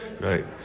Right